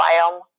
biome